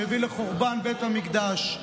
שהביא לחורבן בית המקדש.